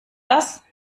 das